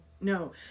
no